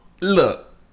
look